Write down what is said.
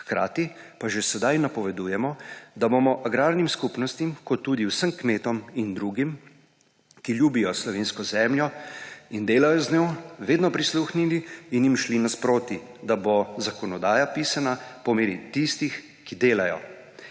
Hkrati pa že zdaj napovedujemo, da bomo agrarnim skupnostim kot tudi vsem kmetom in drugim, ki ljubijo slovensko zemljo in delajo z njo, vedno prisluhnili in jim šli naproti, da bo zakonodaja pisana po meri tistih, ki delajo.